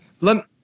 let